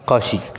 कोशीक्